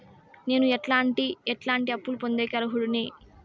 నేను ఎట్లాంటి ఎట్లాంటి అప్పులు పొందేకి అర్హుడిని?